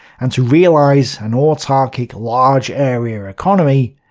and to realize an autarkic large-area economy,